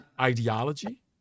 ideology